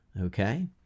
Okay